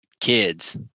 kids